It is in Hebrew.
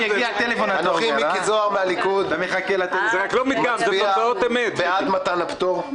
אנוכי מיקי זוהר מהליכוד מצביע בעד מתן הפטור.